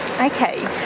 Okay